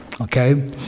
Okay